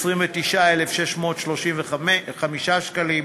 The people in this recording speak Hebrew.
29,635 שקלים,